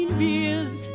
beers